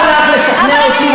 מותר לך לשכנע אותי,